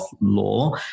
law